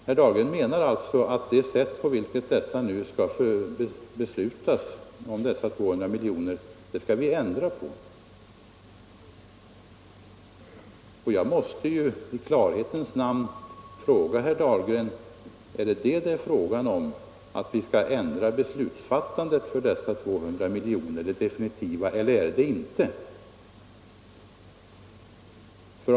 Herr Dahlgren menar att vi skall ändra på det sätt på vilket beslut skall fattas om dessa 200 miljoner. Jag måste då i klarhetens namn fråga herr Dahlgren: Är det avsikten att vi skall ändra det definitiva beslutsfattandet för dessa 200 miljoner eller är det det inte?